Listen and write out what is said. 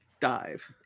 dive